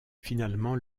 finalement